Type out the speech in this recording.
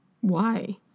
Why